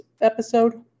episode